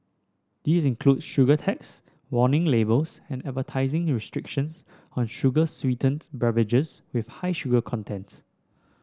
these include sugar tax warning labels and advertising restrictions on sugar sweetened beverages with high sugar contents